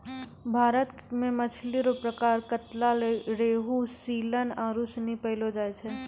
भारत मे मछली रो प्रकार कतला, रेहू, सीलन आरु सनी पैयलो जाय छै